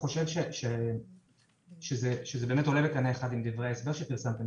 אני חושב שזה עולה בקנה אחד עם דברי ההסבר שפרסמתם,